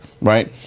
right